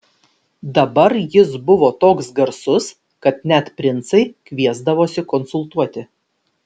dabar jis buvo toks garsus kad net princai kviesdavosi konsultuoti